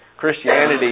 Christianity